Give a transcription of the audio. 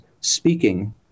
speaking